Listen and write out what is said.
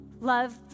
love